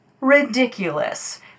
ridiculous